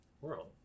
world